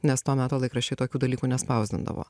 nes to meto laikraščiai tokių dalykų nespausdindavo